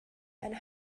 and